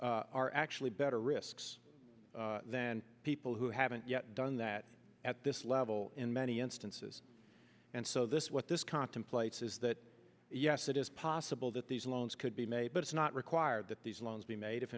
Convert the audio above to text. are actually better risks than people who haven't yet done that at this level in many instances and so this what this contemplates is that yes it is possible that these loans could be made but it's not required that these loans be made if